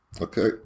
Okay